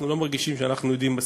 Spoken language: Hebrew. אנחנו לא מרגישים שאנחנו יודעים מספיק.